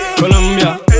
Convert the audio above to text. Colombia